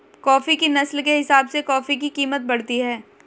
coffee की नस्ल के हिसाब से कॉफी की कीमत बढ़ती है